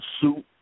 suit